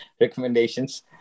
recommendations